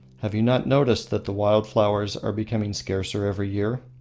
have you not noticed that the wild flowers are becoming scarcer every year?